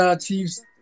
Chiefs